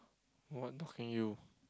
what talking you